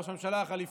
ראש הממשלה החליפי,